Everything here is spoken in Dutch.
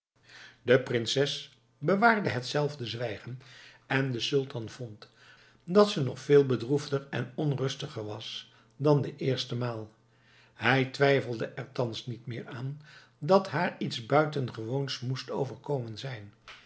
de prinses bewaarde hetzelfde zwijgen en de sultan vond dat ze nog veel bedroefder en onrustiger was dan de eerste maal hij twijfelde er thans niet meer aan dat haar iets buitengewoons moest overkomen zijn